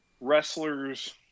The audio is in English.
wrestlers